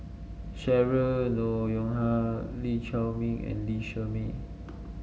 Cheryl Noronha Lee Chiaw Meng and Lee Shermay